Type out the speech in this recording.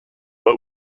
what